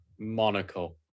monaco